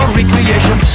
recreation